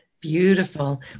Beautiful